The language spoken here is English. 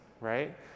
right